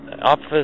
Office